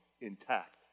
intact